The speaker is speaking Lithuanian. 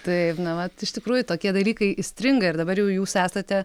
taip na vat iš tikrųjų tokie dalykai įstringa ir dabar jau jūs esate